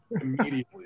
immediately